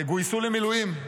גויס למילואים,